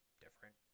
different